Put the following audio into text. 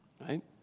right